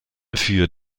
für